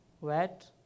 wet